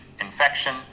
infection